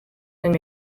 and